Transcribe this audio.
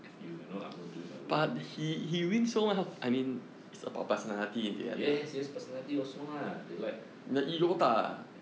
eff you you know I'm gonna do it my way yes yes personality also lah they like